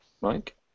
Mike